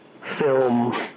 film